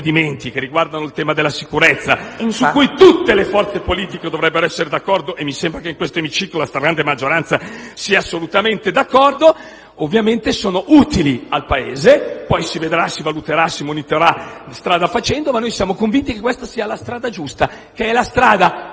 che riguardano il tema della sicurezza, su cui tutte le forze politiche dovrebbero essere d'accordo (e mi sembra che in questo emiciclo la stragrande maggioranza sia assolutamente d'accordo), ovviamente sono utili al Paese. Poi si vedrà, si valuterà, si monitorerà strada facendo, ma noi siamo convinti che questa sia la strada giusta, che è la strada